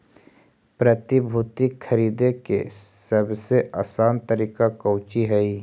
प्रतिभूति खरीदे के सबसे आसान तरीका कउची हइ